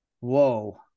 whoa